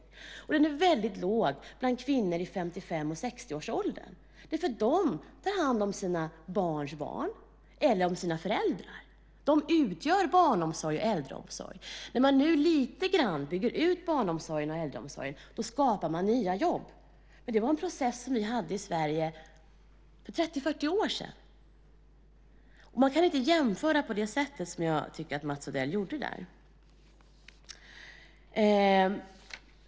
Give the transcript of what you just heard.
I andra länder är den låg bland kvinnor i 55 och 60-årsåldern. De tar hand om sina barnbarn eller om sina föräldrar. De utgör barnomsorg och äldreomsorg. När man nu bygger ut barnomsorgen och äldreomsorgen lite grann så skapar man nya jobb. Det var en process som vi hade i Sverige för 30-40 år sedan. Man kan inte jämföra på det sätt som jag tycker att Mats Odell gjorde där.